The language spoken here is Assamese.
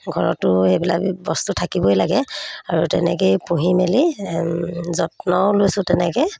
ঘৰতো সেইবিলাক বস্তু থাকিবই লাগে আৰু তেনেকেই পুহি মেলি যত্নও লৈছোঁ তেনেকৈ